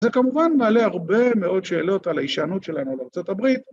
זה כמובן מעלה הרבה מאוד שאלות על הישענות שלנו על ארה״ב